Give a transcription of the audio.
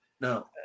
No